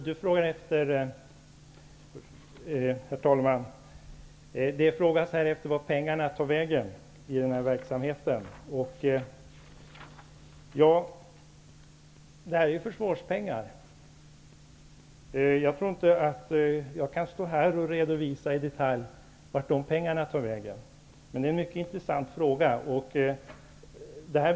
Herr talman! Det frågas här vart pengarna tar vägen i den här verksamheten. Det här är försvarspengar. Jag tror inte att jag här i detalj kan redovisa vart de tar vägen, men det är en mycket intressant fråga.